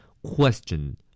question